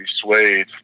swayed